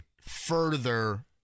further